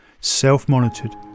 self-monitored